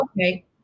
okay